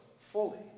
fully